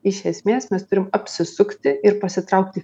iš esmės mes turim apsisukti ir pasitraukti